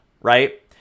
right